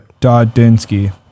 Dodinsky